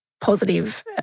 positive